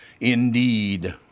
Indeed